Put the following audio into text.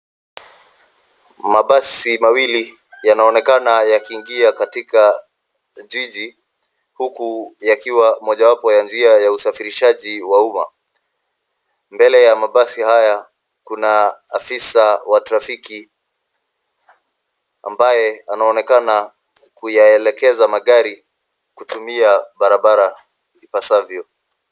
Mabasi mawili yanaonekana yakiingia katika jiji huku yakiwa mojawapo ya njia ya usafirishaji wa umma. Mbele ya mabasi haya kuna afisa wa trafiki ambaye anaonekana kuyaelekeza magari kutumia barabara ipasavyo.